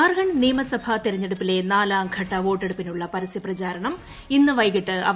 ജാർഖണ്ഡ് നിയമസഭാ തെരഞ്ഞെടുപ്പിലെ നാലാംഘട്ട വോട്ടെടുപ്പിനുള്ള പരസൃ പ്രചാരണം ഇന്ന് വൈകിട്ട് അവസാനിക്കും